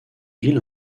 ville